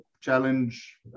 challenge